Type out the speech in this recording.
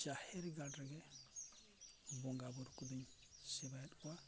ᱡᱟᱦᱮᱨ ᱜᱟᱲ ᱨᱮᱜᱮ ᱵᱚᱸᱜᱟ ᱵᱳᱨᱳ ᱠᱚᱵᱚᱱ ᱥᱮᱵᱟᱭᱮᱫ ᱠᱚᱣᱟ